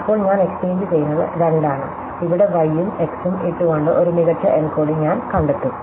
അപ്പോൾ ഞാൻ എക്സ്ചേഞ്ച് ചെയ്യുന്നത് 2 ആണ് ഇവിടെ y ഉം x ഉം ഇട്ടുകൊണ്ട് ഒരു മികച്ച എൻകോഡിംഗ് ഞാൻ കണ്ടെത്തും